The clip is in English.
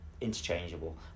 interchangeable